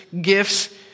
gifts